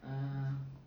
uh